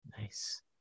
Nice